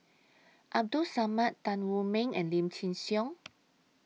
Abdul Samad Tan Wu Meng and Lim Chin Siong